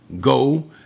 go